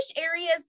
areas